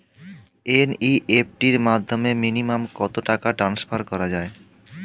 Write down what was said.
NEFT র মাধ্যমে minimum কত টাকা টান্সফার করা যায়?